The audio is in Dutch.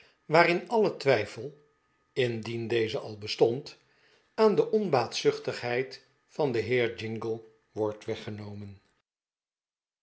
waarin alle twijfel indien deze al bestond aan de onbaatzuchtigheid van den heer jingle wordt weggenomen